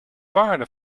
waarde